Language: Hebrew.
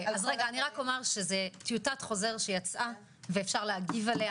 זה טיוטת חוזר שיצאה ואפשר להגיב עליה.